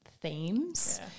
themes